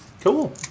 Cool